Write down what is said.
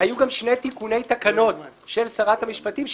היו גם שני תיקוני תקנות של שרת המשפטים,